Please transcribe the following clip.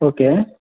okay